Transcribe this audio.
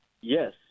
Yes